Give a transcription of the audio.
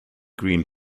green